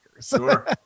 sure